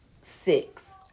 six